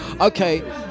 Okay